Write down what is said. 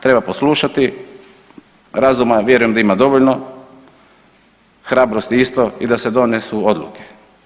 Treba poslušati, razuma vjerujem da ima dovoljno, hrabrosti isto i da se donesu odluke.